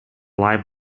live